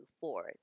forward